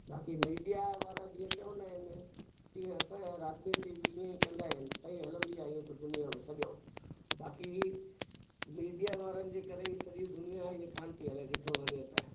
बाक़ी मीडिया वारा जीअं चवंदा आहिनि तीअं असां या राॼिनीती बि इअं ई कंदा आहिनि पई हलंदी आहे ईअं त दुनिया में सॼो बाक़ी मीडिया वारनि जे करे ई सॼी दुनिया हीअ कोन्ह थी हले ॾिठो वञे त